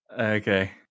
Okay